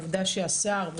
עובדה שהשר לבט"פ,